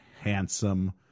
handsome